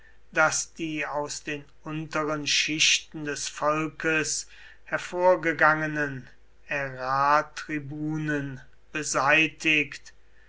daß die aus den unteren schichten des volkes hervorgegangenen ärartribunen beseitigt